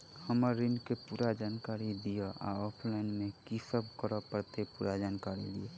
हम्मर ऋण केँ पूरा जानकारी दिय आ ऑफलाइन मे की सब करऽ पड़तै पूरा जानकारी दिय?